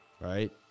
right